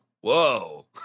whoa